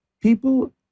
people